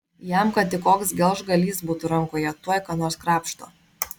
jam kad tik koks gelžgalys būtų rankoje tuoj ką nors krapšto